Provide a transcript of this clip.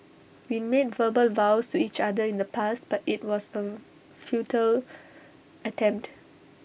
we made verbal vows to each other in the past but IT was A futile attempt